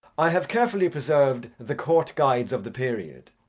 i have carefully preserved the court guides of the period.